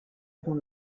dans